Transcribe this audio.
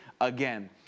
again